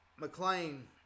McLean